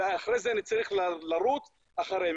ואחרי זה אני צריך לרוץ אחריהם.